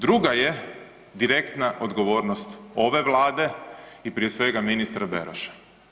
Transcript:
Druga je direktna odgovornost ove Vlade i prije svega ministra Beroša.